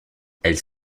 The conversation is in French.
elles